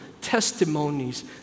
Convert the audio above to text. testimonies